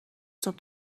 صبح